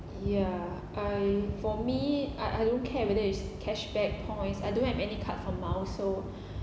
ya I for me I I don't care whether it's cashback points I don't have any card for miles so